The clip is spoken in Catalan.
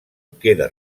queda